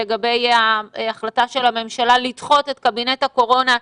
לגבי החלטת הממשלה לדחות את קבינט הקורונה.